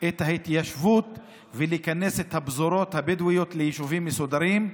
את ההתיישבות ולכנס את הפזורות הבדואיות ליישובים מסודרים.